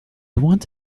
want